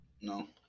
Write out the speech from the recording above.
No